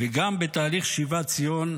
וגם בתהליך שיבת ציון,